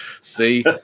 See